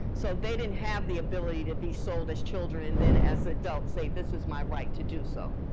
so they didn't have the ability to be sold as children and then as adults say, this is my right to do so.